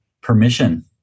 permission